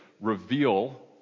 reveal